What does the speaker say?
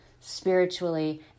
spiritually